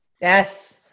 Yes